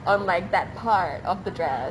on like that part of the dress